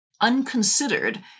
unconsidered